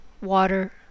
water